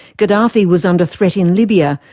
gaddafi was under threat in libya,